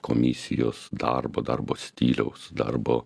komisijos darbo darbo stiliaus darbo